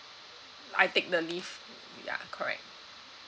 I take the leave ya correct